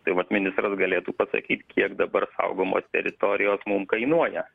tai vat ministras galėtų pasakyt kiek dabar saugomos teritorijos mum kainuoja